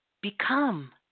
Become